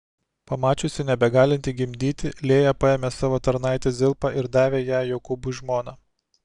pamačiusi nebegalinti gimdyti lėja paėmė savo tarnaitę zilpą ir davė ją jokūbui žmona